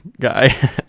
guy